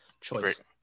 choice